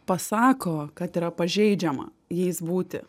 pasako kad yra pažeidžiama jais būti